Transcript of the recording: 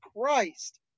Christ